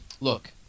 Look